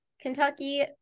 Kentucky